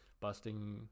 busting